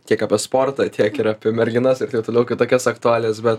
tiek apie sportą tiek ir apie merginas ir taip toliau kitokias aktualias bet